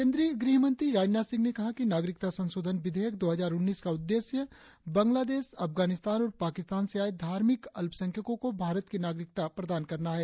केंद्रीय गृहमंत्री राजनाथ सिंह ने कहा है कि नागरिकता संशोधन विधेयक दो हजार उन्नीस का उद्देश्य बंगलादेश अफगानिस्तान और पाकिस्तान से आये धार्मिक अल्पसंख्यको को भारत की नागरिकता प्रदान करना है